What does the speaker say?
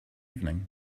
evening